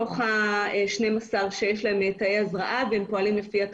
בסך הכול הם לא רבים,